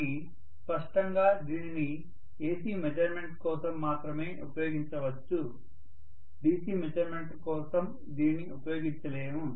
కాని స్పష్టంగా దీనిని AC మెజర్మెంట్ కోసం మాత్రమే ఉపయోగించవచ్చు DC మెజర్మెంట్ కోసం దీనిని ఉపయోగించలేము